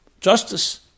justice